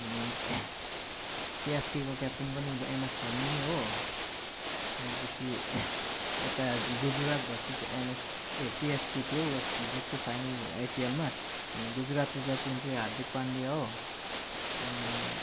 अनि सिएसकेको क्याप्टेन पनि एम एस धोनी नै हो त्यहाँदेखि यता Gujarat versus M S A CSK थियो हिजोअस्ति फाइनल आइपिएलमा अनि गुजरातको क्याप्टन चाहिँ हार्दिक पान्ड्या हो अनि